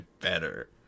better